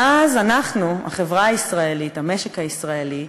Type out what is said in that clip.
מאז אנחנו, החברה הישראלית, המשק הישראלי,